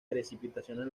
precipitaciones